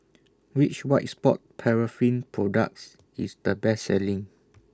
Which White Sport Paraffin products IS The Best Selling